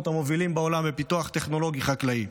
המובילים בעולם בפיתוח טכנולוגי-חקלאי.